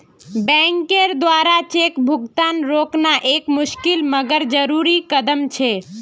बैंकेर द्वारा चेक भुगतान रोकना एक मुशिकल मगर जरुरी कदम छे